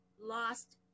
lost